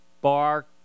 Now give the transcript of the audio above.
Bar